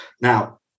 now